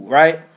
right